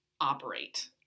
operate